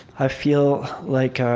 i feel like